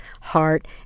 heart